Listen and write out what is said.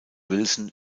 wilson